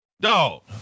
Dog